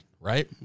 right